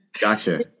gotcha